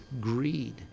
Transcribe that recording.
greed